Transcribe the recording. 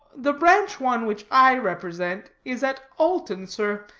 the branch one which i represent, is at alton, sir,